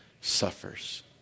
suffers